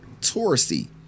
touristy